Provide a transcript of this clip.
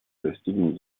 достигнут